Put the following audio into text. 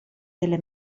delle